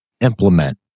implement